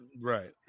Right